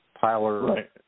Tyler